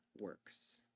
works